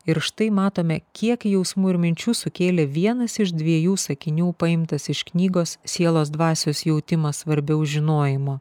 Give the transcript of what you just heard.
ir štai matome kiek jausmų ir minčių sukėlė vienas iš dviejų sakinių paimtas iš knygos sielos dvasios jautimas svarbiau žinojimo